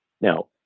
Now